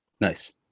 Nice